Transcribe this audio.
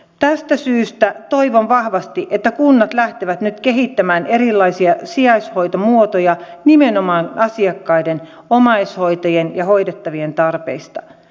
tästä syystä toivon vahvasti että kunnat lähtevät nyt kehittämään erilaisia sijaishoitomuotoja nimenomaan asiakkaiden omaishoitajien ja hoidettavien tarpeista